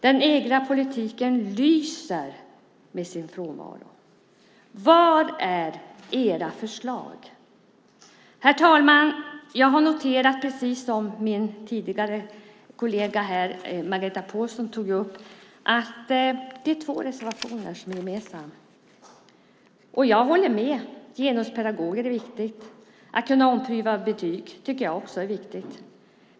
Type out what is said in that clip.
Den egna politiken lyser med sin frånvaro. Var är era förslag? Herr talman! Jag har noterat, precis som Margareta Pålsson tidigare, att det är två reservationer som är gemensamma. Jag håller med om att genuspedagoger är viktigt. Att kunna ompröva betyg tycker jag också är viktigt.